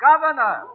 governor